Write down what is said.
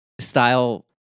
style